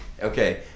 okay